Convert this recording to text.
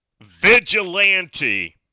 vigilante